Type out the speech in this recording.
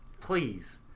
Please